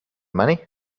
money